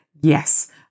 yes